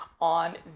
on